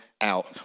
out